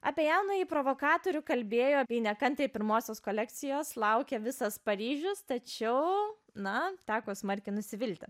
apie jaunąjį provokatorių kalbėjo apie nekantriai pirmosios kolekcijos laukia visas paryžius tačiau man teko smarkiai nusivilti